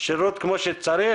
שירות כמו שצריך,